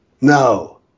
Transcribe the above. No